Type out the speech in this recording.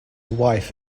wife